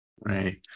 Right